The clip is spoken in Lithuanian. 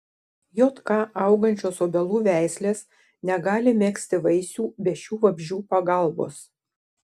jk augančios obelų veislės negali megzti vaisių be šių vabzdžių pagalbos